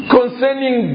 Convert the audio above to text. concerning